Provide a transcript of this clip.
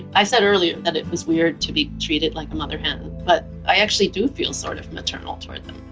i said earlier that it was weird to be treated like a mother hen, but i actually do feel sort of maternal towards them,